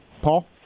Paul